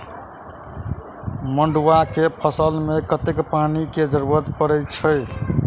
मड़ुआ केँ फसल मे कतेक पानि केँ जरूरत परै छैय?